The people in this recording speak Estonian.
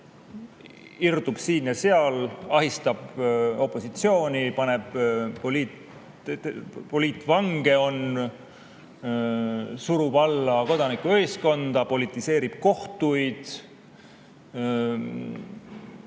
irdub siin ja seal, ahistab opositsiooni, [hoiab vangis] poliitvange, surub alla kodanikuühiskonda, politiseerib kohtuid,